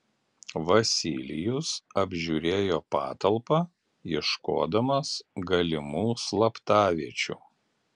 vasilijus apžiūrėjo patalpą ieškodamas galimų slaptaviečių